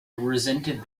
resented